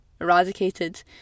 eradicated